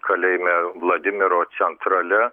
kalėjime vladimiro centrale